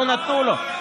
לא נתנו לו.